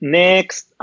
next